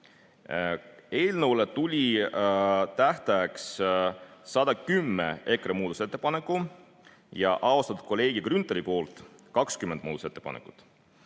Eelnõule tuli tähtajaks 110 EKRE muudatusettepanekut ja austatud kolleegi Kalle Grünthali poolt 20 muudatusettepanekut.